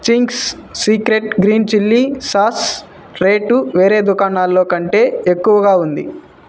Ching's secret green chilli sauce rate వేరే దుకాణాల్లో కంటే ఎక్కువగా ఉంది